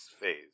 phase